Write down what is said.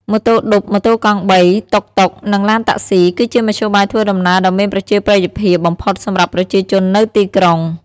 ម៉ូតូឌុប ម៉ូតូកង់បី តុកតុក និងឡានតាក់ស៊ី គឺជាមធ្យោបាយធ្វើដំណើរដ៏មានប្រជាប្រិយភាពបំផុតសម្រាប់ប្រជាជននៅទីក្រុង។